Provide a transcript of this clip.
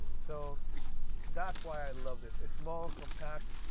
so that's why i love this, it's small compact.